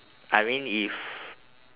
I mean if